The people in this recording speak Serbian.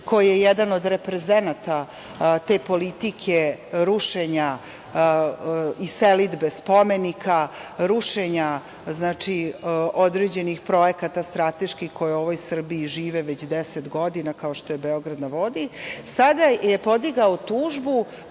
koji je jedan od reprezenata te politike rušenja i selidbe spomenika, rušenja određenih strateških projekata koji u Srbiji žive već deset godina, kao što je „Beograd na vodi“, sada je podigao tužbu